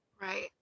Right